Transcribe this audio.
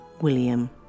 William